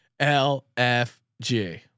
LFG